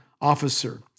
officer